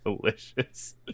Delicious